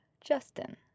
Justin